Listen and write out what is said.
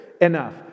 enough